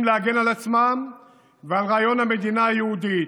להגן על עצמם ועל רעיון המדינה היהודית.